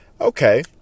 Okay